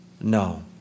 no